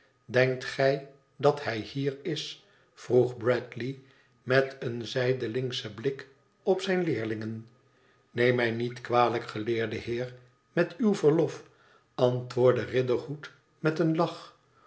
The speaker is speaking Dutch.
denkt gij dat hij hier is vroeg bradley met een zijdelingschen blik op zijne leerlingen neem mij niet kwalijk geleerde heer met uw verlof antwoordde riderhood met een lach